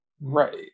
right